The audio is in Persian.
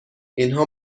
اینها